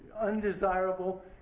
undesirable